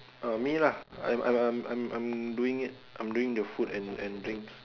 uh me lah I'm I'm I'm I'm I'm doing it I'm doing the food and and drinks